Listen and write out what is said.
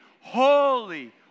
holy